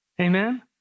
Amen